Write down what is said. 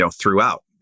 throughout